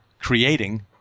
creating